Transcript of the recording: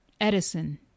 Edison